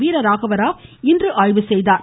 வீரராகவராவ் இன்று ஆய்வு செய்தார்